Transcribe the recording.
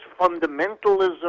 fundamentalism